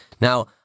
Now